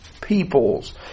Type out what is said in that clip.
peoples